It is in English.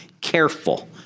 careful